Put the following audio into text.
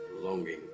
longing